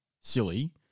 silly